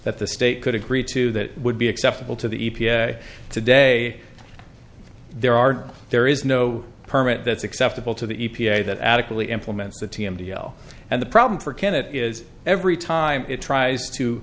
that the state could agree to that would be acceptable to the e p a today there are there is no permit that's acceptable to the e p a that adequately implements the t m d l and the problem for kennett is every time it tries to